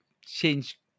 change